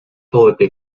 felipe